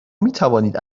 میتوانید